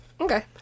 Okay